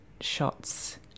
shots